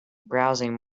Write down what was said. browsing